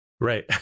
Right